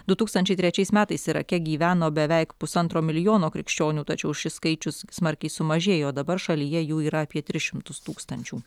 du tūkstančiai trečiais metais irake gyveno beveik pusantro milijono krikščionių tačiau šis skaičius smarkiai sumažėjo dabar šalyje jų yra apie tris šimtus tūkstančių